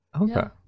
Okay